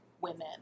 women